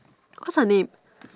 what's her name